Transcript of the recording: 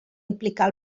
implicar